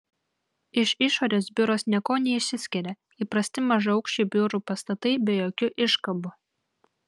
iš išorės biuras niekuo neišsiskiria įprasti mažaaukščiai biurų pastatai be jokių iškabų